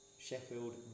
Sheffield